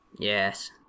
Yes